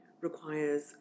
requires